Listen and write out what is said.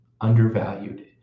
undervalued